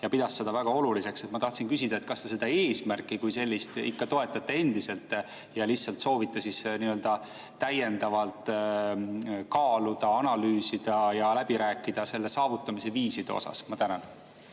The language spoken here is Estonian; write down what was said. ja pidas seda väga oluliseks. Ma tahtsin küsida, kas te seda eesmärki kui sellist ikka toetate endiselt ja lihtsalt soovite täiendavalt kaaluda, analüüsida ja läbi rääkida selle saavutamise viiside üle. Aitäh,